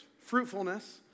Fruitfulness